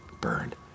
burned